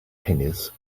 pennies